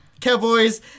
cowboys